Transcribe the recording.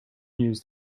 used